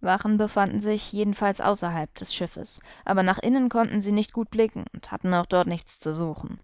wachen befanden sich jedenfalls außerhalb des schiffes aber nach innen konnten sie nicht gut blicken und hatten auch dort nichts zu suchen